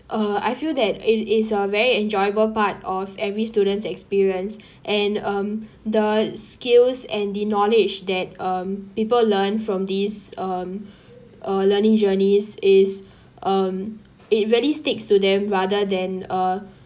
uh I feel that it is a very enjoyable part of every student's experience and um the skills and the knowledge that um people learn from these um uh learning journeys is um it really sticks to them rather than uh